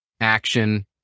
action